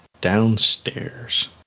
downstairs